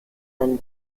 einen